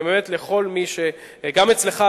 גם אצלך,